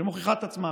שמוכיחה את עצמה,